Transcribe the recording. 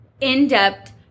in-depth